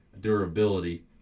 durability